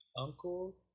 uncle